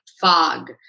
fog